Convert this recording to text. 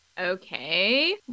okay